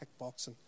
kickboxing